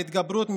והתגברות,